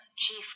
Chief